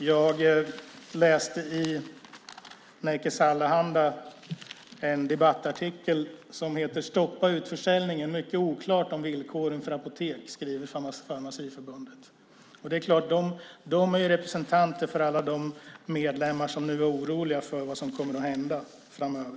Jag läste i Nerikes Allehanda en debattartikel från Farmaciförbundet om att utförsäljningen bör stoppas eftersom mycket är oklart om villkoren för apoteken. De är representanter för alla medlemmar som nu är oroliga för vad som kommer att hända framöver.